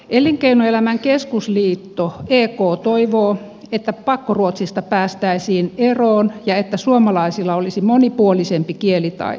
elinkeinoelämän keskusliitto ek toivoo että pakkoruotsista päästäisiin eroon ja että suomalaisilla olisi monipuolisempi kielitaito